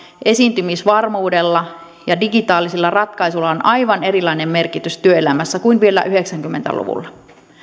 esiintymisvarmuudella ja digitaalisilla ratkaisuilla on aivan erilainen merkitys työelämässä kuin vielä yhdeksänkymmentä luvulla